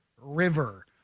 river